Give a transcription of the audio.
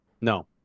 No